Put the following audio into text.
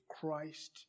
Christ